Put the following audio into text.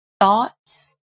thoughts